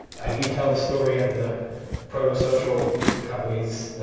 i do tell the story of the proto social companies.